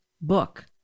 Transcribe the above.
book